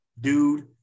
dude